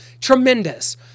tremendous